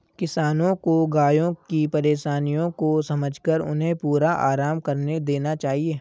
किसानों को गायों की परेशानियों को समझकर उन्हें पूरा आराम करने देना चाहिए